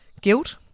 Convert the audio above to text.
guilt